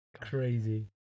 Crazy